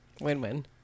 Win-win